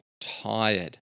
tired